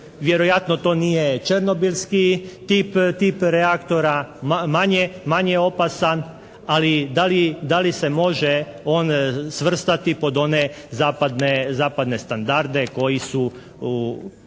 Vjerojatno to nije Černobilski tip reaktora, manje je opasan ali da li se može on svrstati pod one zapadne standarde koje